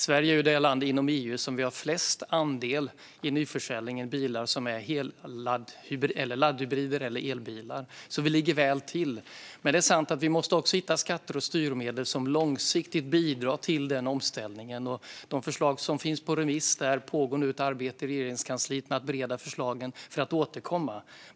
Sverige är det land inom EU som har störst andel laddhybrider och elbilar i nybilsförsäljningen. Vi ligger alltså väl till. Men det är sant att vi också måste hitta skatter och styrmedel som långsiktigt bidrar till omställningen. När det gäller det som har varit ute på remiss pågår nu ett arbete i Regeringskansliet med att bereda förslagen för att återkomma.